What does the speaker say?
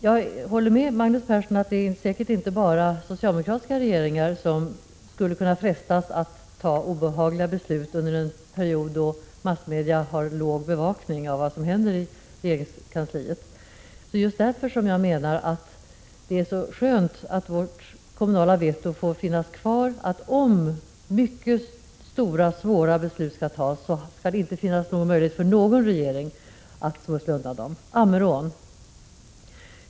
Jag håller med Magnus Persson om att det säkert inte bara är socialdemokratiska regeringar som skulle kunna frestas att ta obehagliga beslut under en period då massmedia har låg bevakning av vad som händer i regeringskansliet. Det är just därför som jag menar att det är så skönt att det kommunala vetot får finnas kvar, så att det, om mycket stora och svåra beslut skall fattas, inte skall finnas någon möjlighet för någon regering att smussla undan dem.